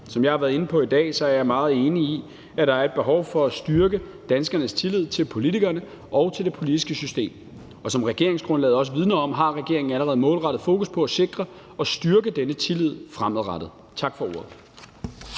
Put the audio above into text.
Som jeg har været inde på i dag, er jeg meget enig i, at der er et behov for at styrke danskernes tillid til politikerne og til det politiske system. Og som regeringsgrundlaget også vidner om, har regeringen allerede et målrettet fokus på at sikre og styrke denne tillid fremadrettet. Tak for ordet.